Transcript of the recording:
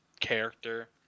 character